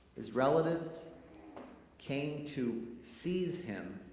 his relatives came to seize him